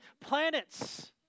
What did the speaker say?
planets